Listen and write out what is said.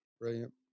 brilliant